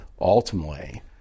ultimately